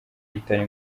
bitari